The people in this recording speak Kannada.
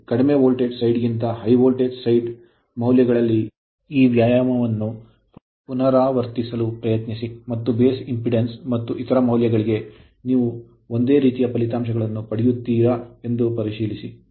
ಕಡಿಮೆ ವೋಲ್ಟೇಜ್ ಸೈಡ್ ಗಿಂತ ಹೈ ವೋಲ್ಟೇಜ್ ಸೈಡ್ ಮೌಲ್ಯಗಳಲ್ಲಿ ಈ ವ್ಯಾಯಾಮವನ್ನು ಪುನರಾವರ್ತಿಸಲು ಪ್ರಯತ್ನಿಸಿ ಮತ್ತು ಬೇಸ್ ಇಂಪೆಡಾನ್ಸ್ ಮತ್ತು ಇತರ ಮೌಲ್ಯಗಳಿಗೆ ನೀವು ಒಂದೇ ರೀತಿಯ ಫಲಿತಾಂಶಗಳನ್ನು ಪಡೆಯುತ್ತೀರಾ ಎಂದು ಪರಿಶೀಲಿಸಿ